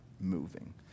moving